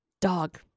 Dog